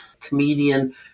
comedian